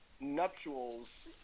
nuptials